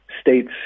states